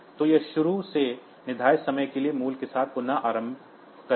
तो यह शुरू में निर्धारित समय के मूल्य के साथ पुनः आरंभ करेगा